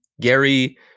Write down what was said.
Gary